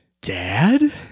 Dad